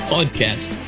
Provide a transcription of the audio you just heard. Podcast